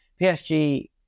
PSG